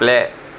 play